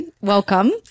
welcome